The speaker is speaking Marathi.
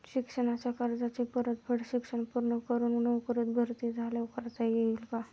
शिक्षणाच्या कर्जाची परतफेड शिक्षण पूर्ण करून नोकरीत भरती झाल्यावर करता येईल काय?